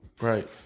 Right